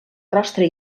rostre